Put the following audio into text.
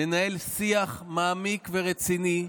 ננהל שיח מעמיק ורציני,